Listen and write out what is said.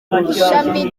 ishami